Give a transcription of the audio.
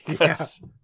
Yes